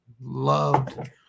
loved